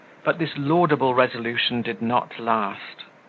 but this laudable resolution did not last.